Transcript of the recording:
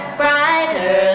brighter